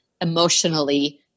emotionally